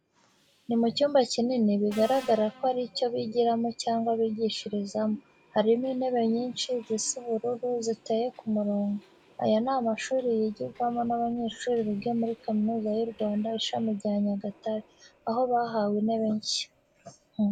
Ni mu cyumba kinini bigaragara ko ari icyo bigiramo cyangwa bigishirizamo. Harimo intebe nyinshi zisa ubururu ziteye ku murongo. Aya ni amashuri yigirwamo n'abanyeshuri biga muri Kaminuza y'u Rwanda Ishami rya Nyagatare, aho bahawe intebe nshya.